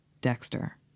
Dexter